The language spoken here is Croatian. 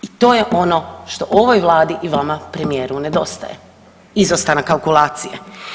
I to je ono što ovoj Vladi i vama premijeru nedostaje izostanak kalkulacije.